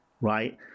right